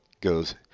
goes